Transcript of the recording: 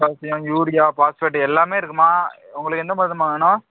calcium urea phosphate எல்லாமே இருக்கு அம்மா உங்களுக்கு எந்த மருந்து அம்மா வேணும்